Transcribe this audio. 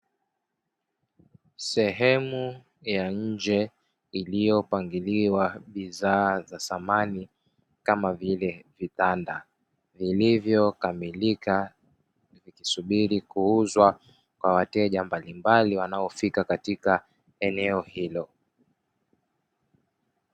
Sehemu ya nje iliyopangiliwa bidhaa za samani kama vile vitanda vilivyokamilika vikisubiri kuuzwa kwa wateja mbalimbali wanaofika eneo hilo.